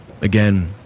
again